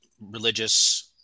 religious